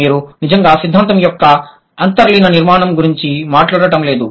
మీరు నిజంగా సిద్ధాంతం యొక్క అంతర్లీన నిర్మాణం గురించి మాట్లాడటం లేదు